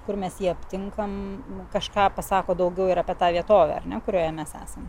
kur mes jį aptinkam kažką pasako daugiau ir apie tą vietovę ar ne kur mes esam